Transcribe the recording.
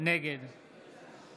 נגד